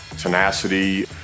tenacity